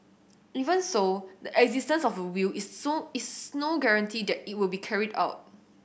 even so the existence of a will is so is no guarantee that it will be carried out